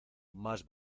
más